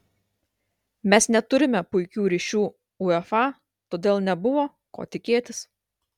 mes neturime puikių ryšių uefa todėl nebuvo ko tikėtis